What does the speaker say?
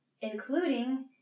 Including